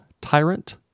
tyrant